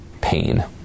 pain